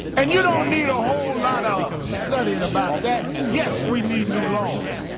and you don't need a whole lot of studying about that. yes, we need new laws.